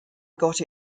got